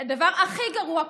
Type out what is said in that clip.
קורה הדבר הכי גרוע,